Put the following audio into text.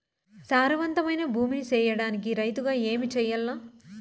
సారవంతమైన భూమి నీ సేయడానికి రైతుగా ఏమి చెయల్ల?